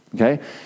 Okay